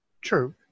True